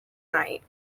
night